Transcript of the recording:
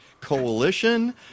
Coalition